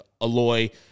Aloy